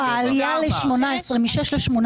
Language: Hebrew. אורית, רק להזכיר לכם שביקשתם את זה לשנה